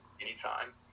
anytime